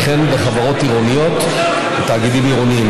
וכן בחברות עירוניות ותאגידים עירוניים.